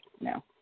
No